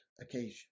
occasion